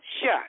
shut